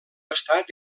estat